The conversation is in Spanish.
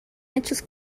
hechos